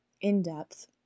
in-depth